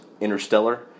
Interstellar